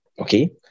okay